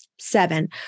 seven